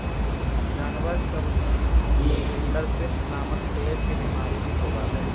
जानवर सब में रिंडरपेस्ट नामक प्लेग के बिमारी भी होबा हई